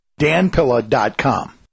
danpilla.com